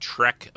Trek